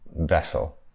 vessel